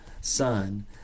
son